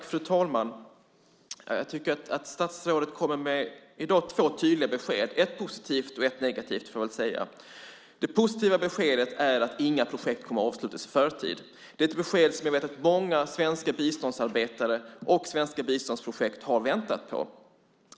Fru talman! Jag tycker att statsrådet i dag kommer med två tydliga besked, ett positivt och ett negativt, får man väl säga. Det positiva beskedet är att inga projekt kommer att avslutas i förtid. Det är ett besked som jag vet att många svenska biståndsarbetare och biståndsprojekt har väntat på.